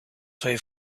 pay